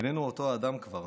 איננו אותו אדם כבר.